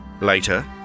Later